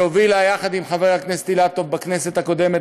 שהובילה את החוק יחד עם חבר הכנסת אילטוב בכנסת הקודמת,